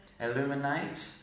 Illuminate